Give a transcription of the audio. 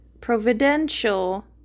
Providential